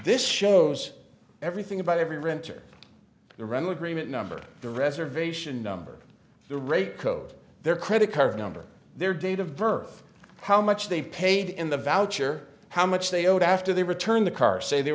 this shows everything about every renter the rental agreement number the reservation number the rate code their credit card number their date of birth how much they paid in the voucher how much they owed after they return the car say the